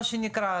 מה שנקרא,